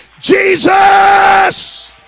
jesus